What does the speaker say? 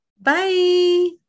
Bye